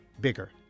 bigger